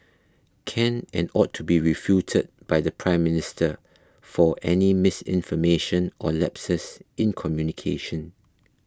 can and ought to be refuted by the Prime Minister for any misinformation or lapses in communication